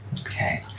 okay